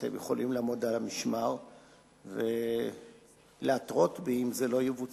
אתם יכולים לעמוד על המשמר ולהתרות בי אם זה לא יבוצע.